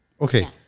Okay